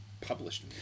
published